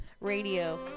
radio